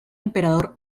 emperador